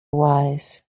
wise